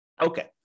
Okay